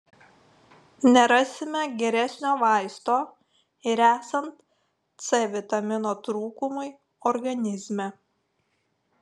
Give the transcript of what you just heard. nerasime geresnio vaisto ir esant c vitamino trūkumui organizme